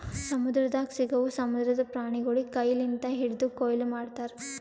ಸಮುದ್ರದಾಗ್ ಸಿಗವು ಸಮುದ್ರದ ಪ್ರಾಣಿಗೊಳಿಗ್ ಕೈ ಲಿಂತ್ ಹಿಡ್ದು ಕೊಯ್ಲಿ ಮಾಡ್ತಾರ್